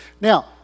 now